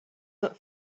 that